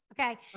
Okay